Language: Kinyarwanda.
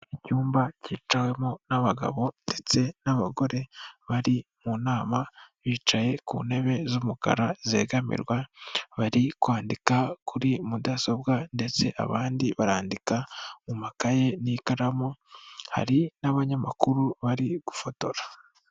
Icyumba cyicawemo n'abagabo ndetse n'abagore bari mu nama, bicaye ku ntebe z'umukara zegamirwa bari kwandika kuri mudasobwa ndetse abandi barandika mu makaye n'ikaramu, hari n'abanyamakuru bari gufotora